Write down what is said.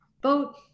boat